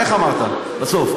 איך אמרת בסוף?